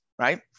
Right